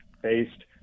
based